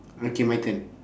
okay my turn